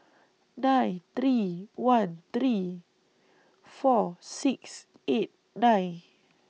nine three one three four six eight nine